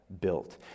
built